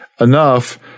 enough